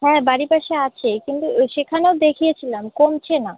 হ্যাঁ বাড়ির পাশে আছে কিন্তু সেখানেও দেখিয়েছিলাম কমছে না